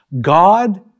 God